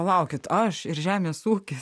palaukit aš ir žemės ūkis